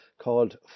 called